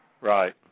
Right